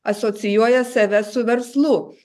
asocijuoja save su verslu